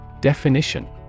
Definition